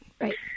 right